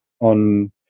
on